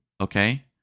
Okay